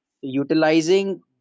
Utilizing